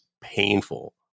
painful